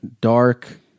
dark